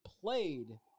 played